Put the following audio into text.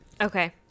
Okay